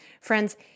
Friends